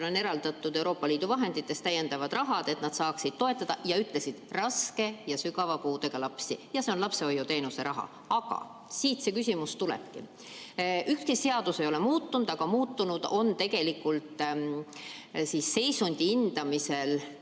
on eraldatud Euroopa Liidu vahenditest täiendav raha, et nad saaksid toetada, ja ütlesid: raske ja sügava puudega lapsi. See on lapsehoiuteenuse raha. Aga siit see küsimus tulebki. Ükski seadus ei ole muutunud, aga muutunud on seisundi hindamisel